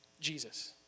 Jesus